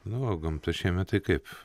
na o gamta šiemet tai kaip